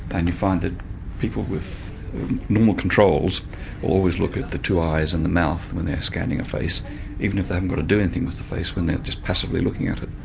and you find that people with normal controls always look at the two eyes and the mouth when they're scanning a face even if they haven't got to do anything with the face, when they are just passively looking at it.